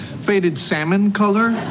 faded salmon color